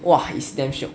!wah! it's damn shiok